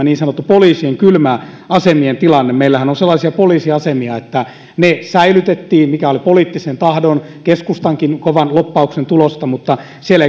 niin sanottujen poliisien kylmäasemien tilanne meillähän on sellaisia poliisiasemia jotka säilytettiin mikä oli poliittisen tahdon keskustankin kovan lobbauksen tulosta mutta siellä